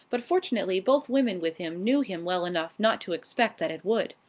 but fortunately both women with him knew him well enough not to expect that it would.